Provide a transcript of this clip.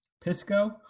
Pisco